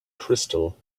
crystal